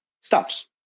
stops